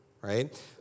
right